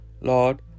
Lord